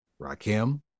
Rakim